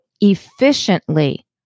efficiently